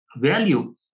value